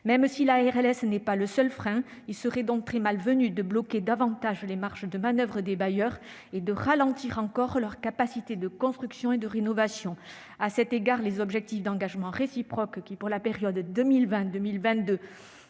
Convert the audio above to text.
Même si la RLS n'est pas l'unique frein, il serait tout à fait malvenu de bloquer davantage les marges de manoeuvre des bailleurs et de réduire encore leurs capacités de construction et de rénovation. À cet égard, les objectifs d'engagements réciproques, qui, pour la période 2020-2022,